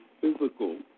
physical